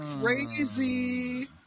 Crazy